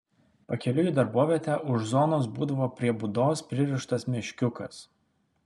pakeliui į darbovietę už zonos būdavo prie būdos pririštas meškiukas